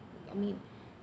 I mean